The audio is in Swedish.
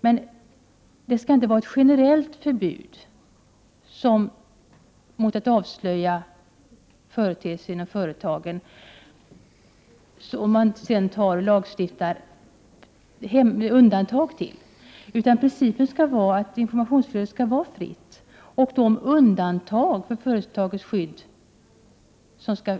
Men det skall inte finnas ett generellt förbud mot att avslöja företeelser inom företagen och sedan en lagstiftning om undantag från detta. Principen skall vara att informationsflödet skall vara fritt. De undantag som skall